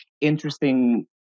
interesting